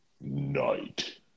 night